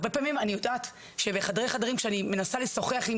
הרבה פעמים אני יודעת שבחדרי חדרים כשאני מנסה לשוחח עם